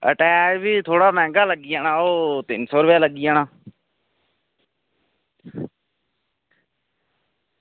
attach भी थोह्ड़ा मैहंगा लग्गी जाना ओह् तिन सौ रपेआ लग्गी जाना